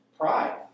pride